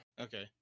Okay